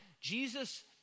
Jesus